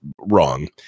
wrong